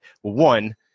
One